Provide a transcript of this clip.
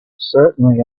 certainly